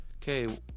Okay